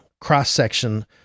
cross-section